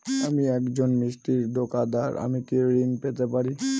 আমি একজন মিষ্টির দোকাদার আমি কি ঋণ পেতে পারি?